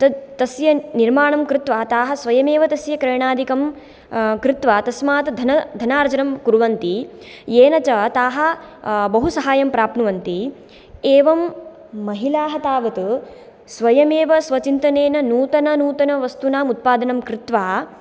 तद् तस्य निर्माणं कृत्वा ताः स्वयमेव तस्य क्रयणाधिकं कृत्वा तस्मात् धन धनार्जनं कुर्वन्ति येन च ताः बहु साहाय्यं प्राप्नुवन्ति एवं महिलाः तावत् स्वयमेव स्वचिन्तनेन नूतननूतनवस्तूनां उत्पादनं कृत्वा